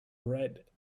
red